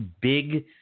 big